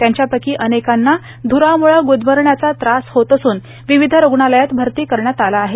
त्यांच्यापैकी अनेकांना ध्रामुळे ग्दमरण्याचा त्रास होत असून विविध रुग्णालयात भर्ती करण्यात आलं आहे